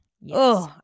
Yes